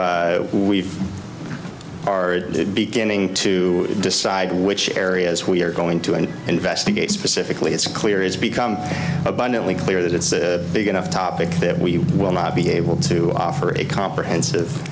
and we've we are beginning to decide which areas we are going to and investigate specifically it's clear it's become abundantly clear that it's a big enough topic that we will not be able to offer a comprehensive